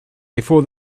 before